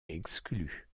exclues